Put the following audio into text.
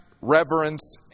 reverence